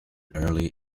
early